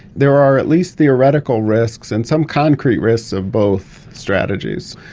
there are at least theoretical risks and some concrete risks of both strategies.